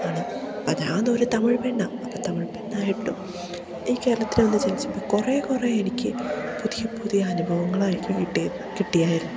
അതാ അതൊരു തമിഴ് പെണ്ണാണ് അപ്പം തമിഴ് പെണ്ണായിട്ടും ഈ കേരളത്തിൽ വന്നു ജനിച്ചപ്പോൾ കുറേ കുറേ എനിക്ക് പുതിയ പുതിയ അനുഭവങ്ങളായിരിക്കും കിട്ടിയായിരുന്നു